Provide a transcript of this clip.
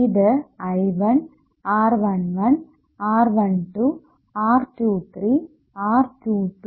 ഇത് I1 R11 R12 R23 R22 R33